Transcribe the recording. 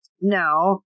Now